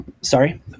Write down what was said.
Sorry